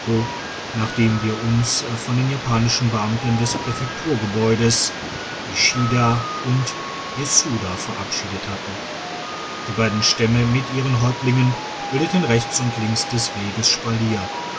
nachdem wir uns von den japanischen beamten des präfekturgebäudes ishida und jezuda verabschiedet hatten diebeiden stämme mit ihren häuptlingen bildeten rechts und links des weges spalier